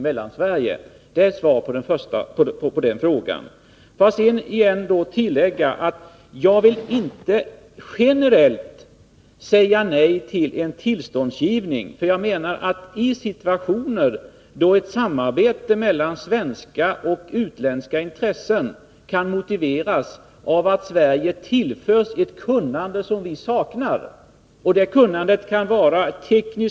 Får jag sedan tillägga att jag inte generellt vill säga nej till en tillståndsgivning. Jag menar att i situationer då ett samarbete mellan svenska och utländska intressen kan motiveras av att Sverige tillförs ett kunnande som vi saknar får sakfrågan i så fall prövas utifrån detta.